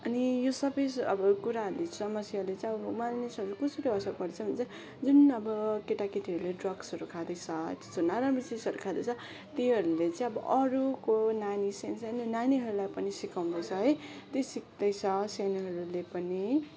अनि यो सबै स आबो कुराहरूले समस्याले चाहिँ अब मानिसहरू कसरी असर पर्छ भने चाहिँ जुन अब केटाकेटीहरूले ड्रग्सहरू खाँदैछ त्यस्तो नाराम्रो चिजहरू खाँदैछ त्योहरूले चाहिँ अब अरूको नानी सानो सानो नानीहरूलाई पनि सिकउँदैछ है त्यही सिक्दैछ सानोहरूले पनि